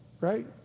right